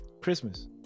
Christmas